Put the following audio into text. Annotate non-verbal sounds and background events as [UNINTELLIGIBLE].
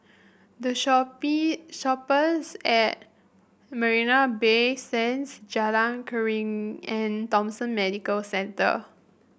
The [UNINTELLIGIBLE] Shoppes at Marina Bay Sands Jalan Keruing and Thomson Medical Centre